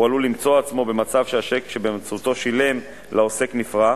הוא עלול למצוא עצמו במצב שבאמצעותו שילם לעוסק נפרע,